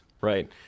Right